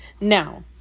now